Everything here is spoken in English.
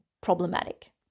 problematic